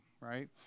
Right